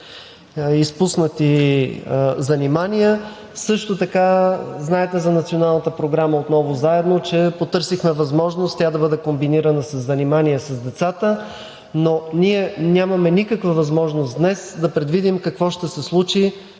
изпуснати занимания. Също така знаете за Националната програма „Отново заедно“, че потърсихме възможност тя да бъде комбинирана със занимания с децата, но ние нямаме никаква възможност днес да предвидим какво ще се случи